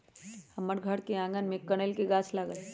हमर घर के आगना में कनइल के गाछ लागल हइ